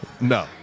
No